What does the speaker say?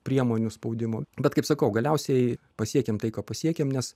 priemonių spaudimo bet kaip sakau galiausiai pasiekėm tai ką pasiekėm nes